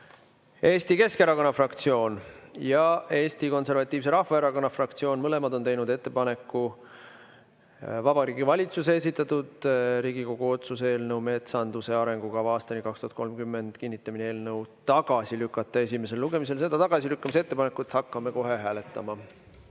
Eesti Keskerakonna fraktsioon ja Eesti Konservatiivse Rahvaerakonna fraktsioon mõlemad on teinud ettepaneku Vabariigi Valitsuse esitatud Riigikogu otsuse "Metsanduse arengukava aastani 2030 kinnitamine" eelnõu tagasi lükata esimesel lugemisel. Seda tagasilükkamise ettepanekut hakkame kohe hääletama. Head